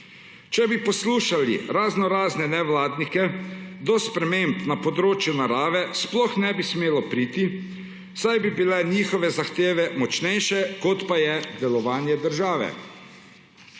Če bi poslušali raznorazne nevladnike, do sprememb na področju narave sploh ne bi smelo priti, saj bi bile njihove zahteve močnejše, kot pa je delovanje države.